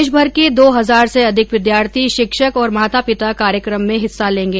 देशभर के दो हजार से अधिक विद्यार्थी शिक्षक और माता पिता कार्यक्रम में भाग लेंगे